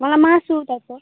मलाई मासु उता छ